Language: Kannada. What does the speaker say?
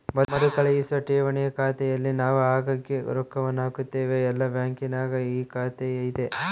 ಮರುಕಳಿಸುವ ಠೇವಣಿಯ ಖಾತೆಯಲ್ಲಿ ನಾವು ಆಗಾಗ್ಗೆ ರೊಕ್ಕವನ್ನು ಹಾಕುತ್ತೇವೆ, ಎಲ್ಲ ಬ್ಯಾಂಕಿನಗ ಈ ಖಾತೆಯಿದೆ